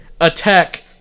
attack